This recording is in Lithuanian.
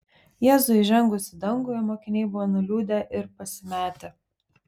jėzui įžengus į dangų jo mokiniai buvo nuliūdę ir pasimetę